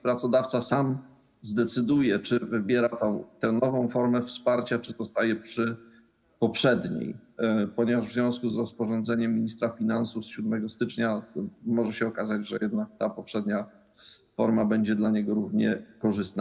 Pracodawca sam zdecyduje, czy wybiera tę nową formę wsparcia, czy zostaje przy poprzedniej, ponieważ w związku z rozporządzeniem ministra finansów z 7 stycznia może się okazać, że jednak ta poprzednia forma będzie dla niego równie korzystna.